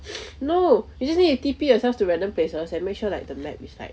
no you just need T_P yourself to random places and make sure like the map is like